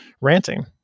ranting